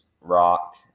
Rock